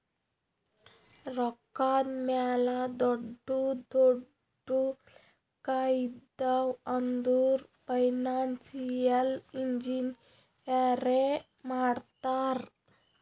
ರೊಕ್ಕಾದ್ ಮ್ಯಾಲ ದೊಡ್ಡು ದೊಡ್ಡು ಲೆಕ್ಕಾ ಇದ್ದಿವ್ ಅಂದುರ್ ಫೈನಾನ್ಸಿಯಲ್ ಇಂಜಿನಿಯರೇ ಮಾಡ್ತಾರ್